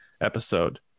episode